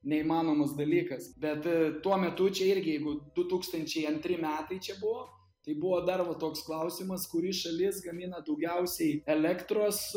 neįmanomas dalykas bet tuo metu čia irgi jeigu du tūkstančiai antri metai čia buvo tai buvo dar va toks klausimas kuri šalies gamina daugiausiai elektros